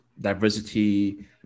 diversity